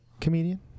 comedian